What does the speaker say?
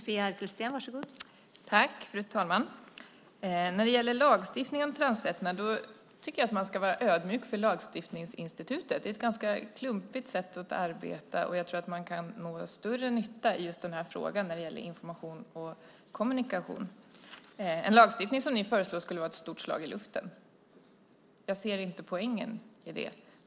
Fru talman! När det gäller lagstiftning om transfetterna tycker jag att man ska vara ödmjuk inför lagstiftningsinstitutet. Det är ett ganska klumpigt sätt att arbeta. Jag tror att man kan nå större nytta när det gäller information och kommunikation i den här frågan. En lagstiftning som ni föreslår skulle vara ett stort slag i luften. Jag ser inte poängen i det.